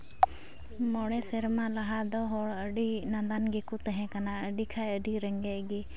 ᱢᱚᱬᱮ ᱥᱮᱨᱢᱟ ᱞᱟᱦᱟ ᱫᱚ ᱦᱚᱲ ᱟᱹᱰᱤ ᱱᱟᱫᱟᱱ ᱜᱮᱠᱚ ᱛᱟᱦᱮᱸᱠᱟᱱᱟ ᱟᱹᱰᱤ ᱠᱷᱟᱱ ᱟᱹᱰᱤ ᱨᱮᱸᱜᱮᱡ ᱜᱮ